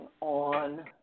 on –